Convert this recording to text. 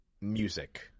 music